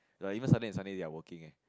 like even Saturday and Sunday they are working eh